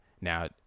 now